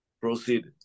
proceed